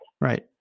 Right